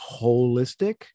holistic